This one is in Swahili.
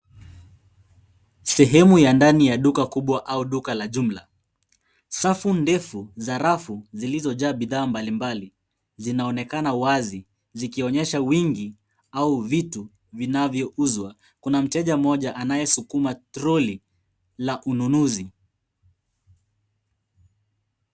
Sehemu ya ndani ya duka kubwa au duka la jumla. Safu ndefu za rafu zilizojaa bidhaa mbalimbali zinaonekana wazi zikionyesha wingi au vitu vinavyouzwa. Kuna mteja mmoja anayesukuma trolley la ununuzi.